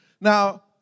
Now